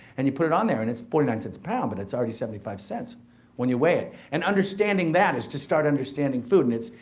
and you put it on there and it's forty nine cents a pound, but it's already seventy five cents when you weigh it. and understanding that is to start understanding food and it's,